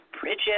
Bridget